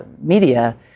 media